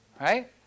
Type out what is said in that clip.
right